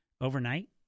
overnight